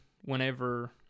whenever